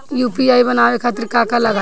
UPI बनावे खातिर का का लगाई?